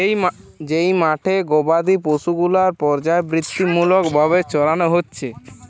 যেই মাঠে গোবাদি পশু গুলার পর্যাবৃত্তিমূলক ভাবে চরানো হচ্ছে